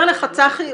אומר לך צחי,